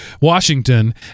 Washington